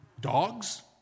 dogs